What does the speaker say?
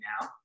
now